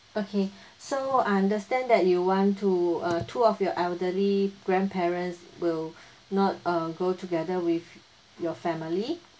okay so I understand that you want to uh two of your elderly grandparents will not uh go together with your family